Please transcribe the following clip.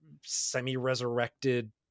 semi-resurrected